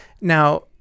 now